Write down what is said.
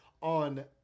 on